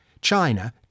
China